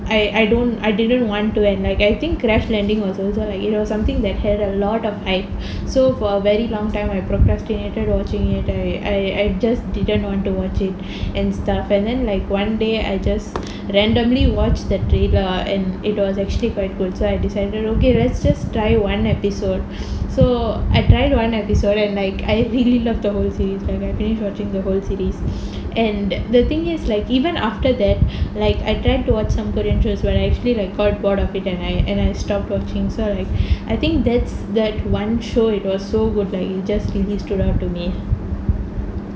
I I don't I didn't want to like I think crash landing was also like you know something that had a lot of hype so for a very long time I procrastinated watching it I I I just didn't want to watch it and stuff and then like one day I just randomly watched the trailer and it was actually quite good so I decided okay let's just try one episode so I tried one episode at night I really love the series and I finish watching the whole series and the thing is like even after that like I tried to watch some korean shows but I actually like got bored of it and I and I stopped watching so like I think that's that one show it was so good that it just really stood out to me